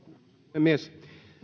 puhemies